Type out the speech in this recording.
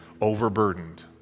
overburdened